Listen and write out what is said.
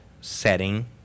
setting